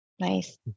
Nice